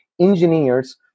engineers